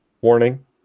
warning